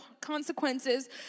consequences